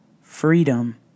freedom